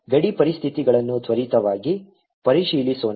ಗಡಿ ಪರಿಸ್ಥಿತಿಗಳನ್ನು ತ್ವರಿತವಾಗಿ ಪರಿಶೀಲಿಸೋಣ